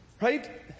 Right